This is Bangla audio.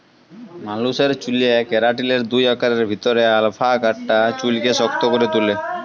মালুসের চ্যুলে কেরাটিলের দুই আকারের ভিতরে আলফা আকারটা চুইলকে শক্ত ক্যরে তুলে